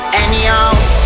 anyhow